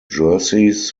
jerseys